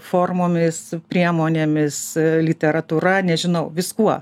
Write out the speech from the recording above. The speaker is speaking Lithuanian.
formomis priemonėmis literatūra nežinau viskuo